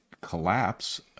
collapse